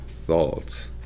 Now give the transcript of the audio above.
thoughts